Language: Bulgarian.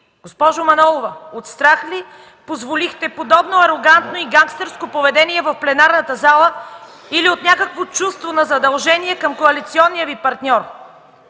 Госпожо Манолова, от страх ли позволихте подобно арогантно и гангстерско поведение в пленарната зала или от някакво чувство на задължение към коалиционния Ви партньор?